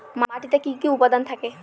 মাটিতে কি কি উপাদান থাকে?